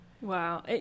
Wow